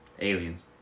aliens